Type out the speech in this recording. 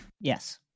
Yes